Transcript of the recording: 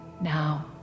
now